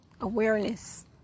awareness